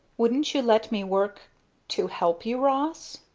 wouldn't you let me work to help you, ross?